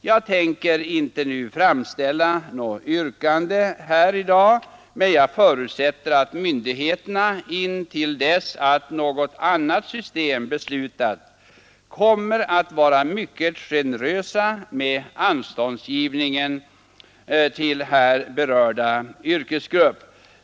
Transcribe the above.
Jag tänker inte nu framställa något yrkande, men jag förutsätter att myndigheterna, intill dess något annat system har beslutats, kommer att vara mycket generösa med anståndsgivningen till här berörda yrkesgrupp.